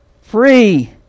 free